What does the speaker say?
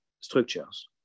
structures